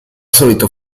solito